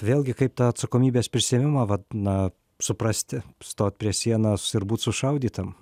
vėlgi kaip tą atsakomybės prisiėmimą vat na suprasti stot prie sienos ir būt sušaudytam